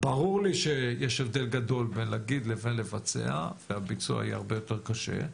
ברור לי שיש הבדל גדול בין להגיד לבין לבצע והביצוע יהיה הרבה יותר קשה,